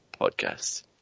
podcast